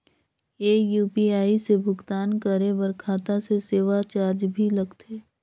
ये यू.पी.आई से भुगतान करे पर खाता से सेवा चार्ज भी लगथे?